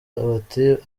bati